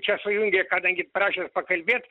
čia sujungė kadangi prašėt pakalbėt